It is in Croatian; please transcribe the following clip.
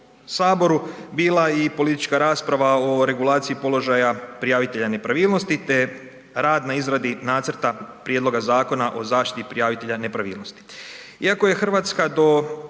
saboru bila i politička rasprava o regulaciji položaja prijavitelja nepravilnosti, te rad na izradi nacrta Prijedloga zakona o zaštiti prijavitelja nepravilnosti. Iako je RH do